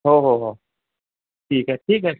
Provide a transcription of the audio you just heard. हो हो हो ठीक आहे ठीक आहे